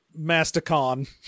Masticon